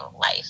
life